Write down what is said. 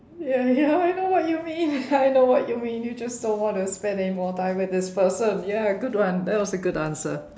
ya ya I know what you mean I know what you mean you just don't wanna spend anymore time with this person ya good one that was a good answer